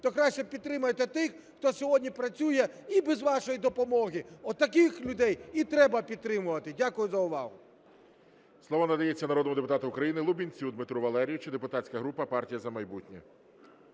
то краще підтримайте тих, хто сьогодні працює і без вашої допомоги. От таких людей і треба підтримувати. Дякую за увагу. ГОЛОВУЮЧИЙ. Слово надається народному депутату України Лубінцю Дмитру Валерійовичу, депутатська група "Партія "За майбутнє".